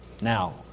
now